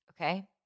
okay